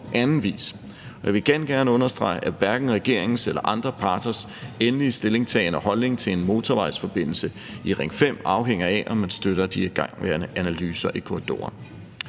Jeg vil igen gerne understrege, at hverken regeringens eller andre parters endelige stillingtagen og holdning til en motorvejsforbindelse i Ring 5 afhænger af, om man støtter de igangværende analyser af korridoren.